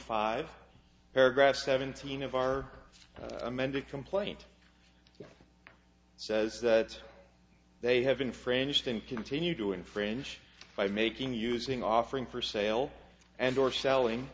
five paragraph seventeen of our amended complaint says that they have infringed and continue to infringe by making using offering for sale and or selling